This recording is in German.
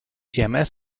ems